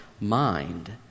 mind